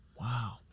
Wow